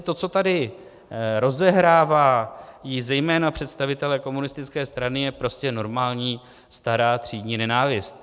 To, co tady rozehrávají zejména představitelé komunistické strany, je prostě normální stará třídní nenávist.